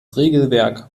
regelwerk